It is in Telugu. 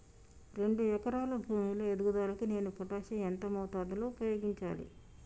రెండు ఎకరాల భూమి లో ఎదుగుదలకి నేను పొటాషియం ఎంత మోతాదు లో ఉపయోగించాలి?